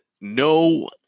no